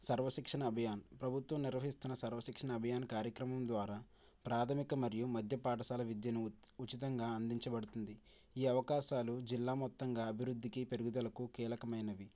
సర్వశిక్షణా అభియాన్ ప్రభుత్వం నిర్వహిస్తున్న సర్వ శిక్షణ అభియాన్ కార్యక్రమం ద్వారా ప్రాథమిక మరియు మధ్య పాఠశాల విద్యను ఉ ఉచితంగా అందించబడుతుంది ఈ అవకాశాలు జిల్లా మొత్తంగా అభివృద్ధికి పెరుగుదలకు కీలకమైనవి